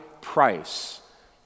price